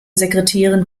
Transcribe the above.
sekretärin